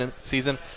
season